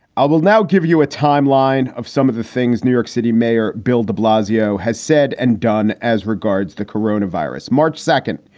i will now give you a timeline of some of the things new york city mayor bill de blasio has said and done as regards the corona virus. march second,